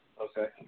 Okay